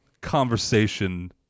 conversation